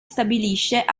stabilisce